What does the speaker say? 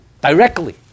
Directly